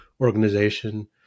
organization